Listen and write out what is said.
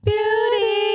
Beauty